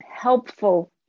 helpful